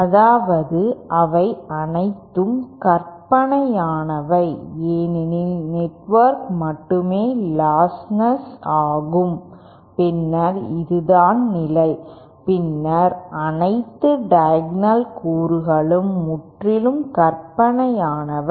அதாவது அவை அனைத்தும் கற்பனையானவை ஏனெனில் நெட்ஒர்க் மட்டுமே லாஸ்ட்லெஸ் ஆகும் பின்னர் இதுதான் நிலை பின்னர் அனைத்து டயகோணல் கூறுகளும் முற்றிலும் கற்பனையானவை